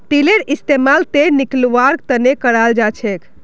तिलेर इस्तेमाल तेल निकलौव्वार तने कराल जाछेक